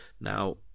now